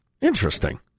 Interesting